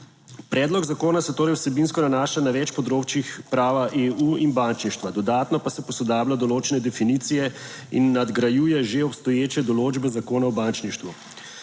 Predlog zakona se torej vsebinsko nanaša na več področij prava EU in bančništva, dodatno pa se posodablja določene definicije in nadgrajuje že obstoječe določbe Zakona o bančništvu.